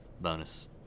Bonus